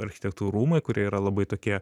architektų rūmai kurie yra labai tokie